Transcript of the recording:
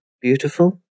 beautiful